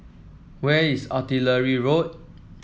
where is Artillery Road